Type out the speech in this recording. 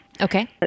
Okay